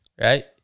Right